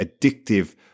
addictive